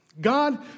God